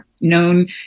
known